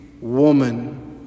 woman